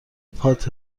پات